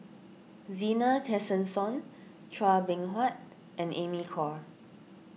Zena Tessensohn Chua Beng Huat and Amy Khor